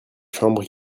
chambre